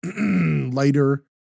lighter